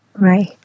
Right